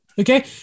Okay